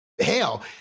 Hell